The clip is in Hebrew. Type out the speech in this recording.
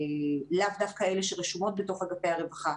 לאו דווקא אלה שרשומות בתוך אגפי הרווחה,